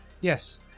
yes